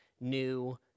new